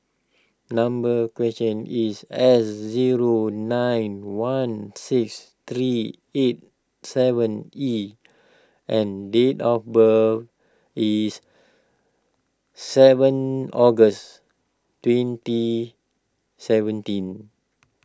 number question is S zero nine one six three eight seven E and date of birth is seven August twenty seventeen